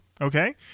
okay